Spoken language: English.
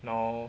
now